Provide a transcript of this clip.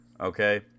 Okay